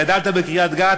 גדלת בקריית-גת,